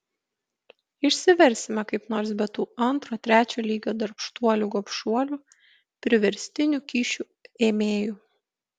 išsiversime kaip nors be tų antro trečio lygio darbštuolių gobšuolių priverstinių kyšių ėmėjų